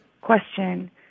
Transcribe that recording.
question